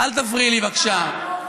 אל תפריעו לי, בבקשה.